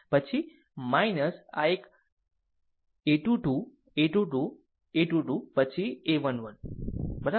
પછી પછી આ એક a 2 2 a 2 2 a 2 2 પછી a 1 1 બરાબર